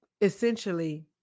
essentially